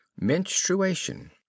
MENSTRUATION